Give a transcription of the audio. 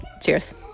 Cheers